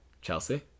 chelsea